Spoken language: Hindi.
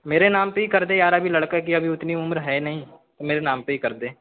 मेरा नाम पे ही कर दे यार अभी लड़के की अभी उतनी उम्र है नहीं तो मेरे नाम पे ही कर दे